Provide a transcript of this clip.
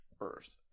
Earth